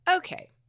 Okay